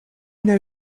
know